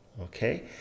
okay